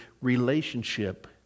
relationship